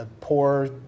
Poor